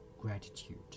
Gratitude